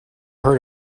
heard